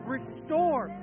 Restore